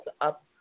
up